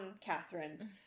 Catherine